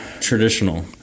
traditional